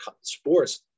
sports